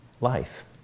life